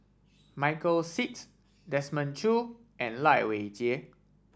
Michael Seet Desmond Choo and Lai Weijie